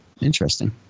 interesting